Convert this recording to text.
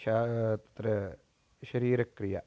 शा अत्र शरीरक्रिया